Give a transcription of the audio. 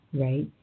right